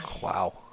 wow